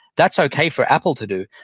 that's okay for apple to do,